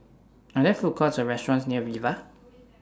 Are There Food Courts Or restaurants near Viva